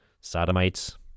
sodomites